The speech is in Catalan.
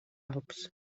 alps